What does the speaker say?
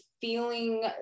feeling